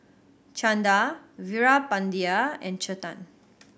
Chanda Veerapandiya and Chetan